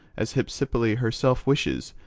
as hypsipyle herself wishes,